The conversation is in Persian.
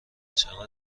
چقدر